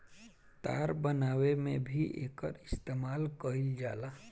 तार बनावे में भी एकर इस्तमाल कईल जाला